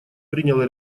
приняла